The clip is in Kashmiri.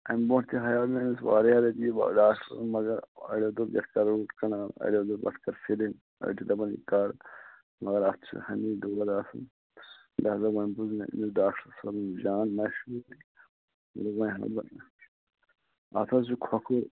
اَمہِ برٛونٛٹھ تہِ ہایاو مےٚ أمِس واریاہ لَٹہِ یہِ ڈاکٹَرَن مَگر أڈیٚو دوٚپ أسۍ کَرو یِتھٕ کٔنۍ أڈیٚو دوٚپ اَتھ کَر فِلِنٛگ أڈۍ چھِ دَپان یہِ کَڈ مَگر اَتھ چھُ ہمیشہِ دوٗریٚر آسان لہذا وَن ژٕ أمِس ڈاکٹَر صٲبس جان باسہِ اَتھ حظ چھُ کُھۄکُھر